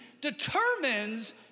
determines